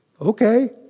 Okay